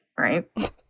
right